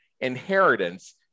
inheritance